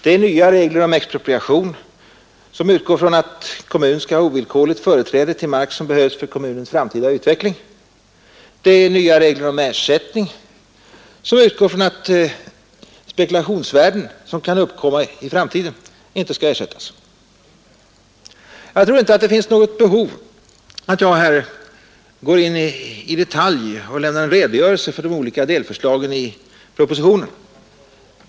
Det är nya regler om expropriation som utgår ifrån att kommun skall ha ovillkorligt företräde till mark som behövs för kommunens framtida utveckling, det är nya regler om ersättning som utgår ifrån att spekulationsvärden som kan uppkomma i framtiden inte skall ersättas, Jag tror inte att jag här behöver i detalj redogöra för de olika delförslagen i propositionen.